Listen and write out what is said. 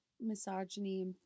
misogyny